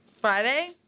Friday